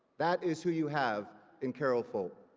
that is who you have in carol folt.